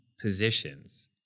positions